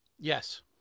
Yes